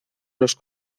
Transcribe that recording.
los